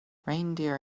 reindeer